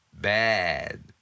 bad